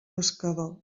pescador